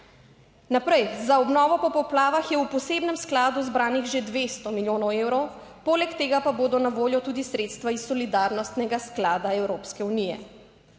Naprej, za obnovo po poplavah je v posebnem skladu zbranih že 200 milijonov evrov, poleg tega pa bodo na voljo tudi sredstva iz solidarnostnega sklada Evropske unije.